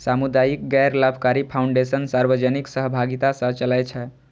सामुदायिक गैर लाभकारी फाउंडेशन सार्वजनिक सहभागिता सं चलै छै